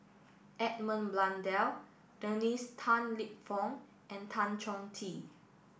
Edmund Blundell Dennis Tan Lip Fong and Tan Chong Tee